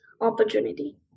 opportunity